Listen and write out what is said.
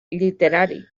literari